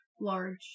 large